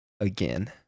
again